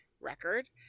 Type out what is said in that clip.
record